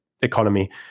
economy